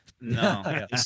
No